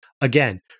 Again